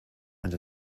and